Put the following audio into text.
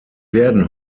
werden